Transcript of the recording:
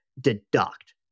deduct